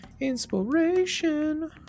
inspiration